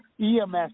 EMS